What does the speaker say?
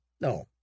no